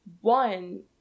One